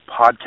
podcast